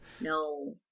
no